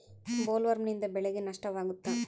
ಬೊಲ್ವರ್ಮ್ನಿಂದ ಬೆಳೆಗೆ ನಷ್ಟವಾಗುತ್ತ?